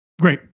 Great